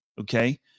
okay